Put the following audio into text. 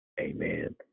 amen